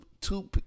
two